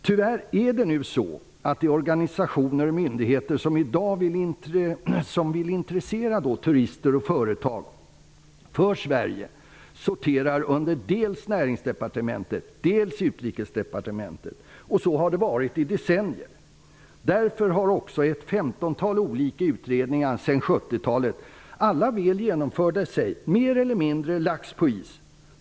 Tyvärr är det nu så att de organisationer och myndigheter som vill intressera turister och företag för Sverige sorterar dels under Utrikesdepartementet, och så har det varit i decennier. Därför har också ett femtontal utredningar sedan 1970, i och för sig väl genomförda, alla mer eller mindre lagts på is.